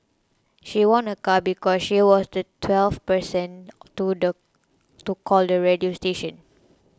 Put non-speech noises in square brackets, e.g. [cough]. she won a car because she was the twelfth person to [unintelligible] call the radio station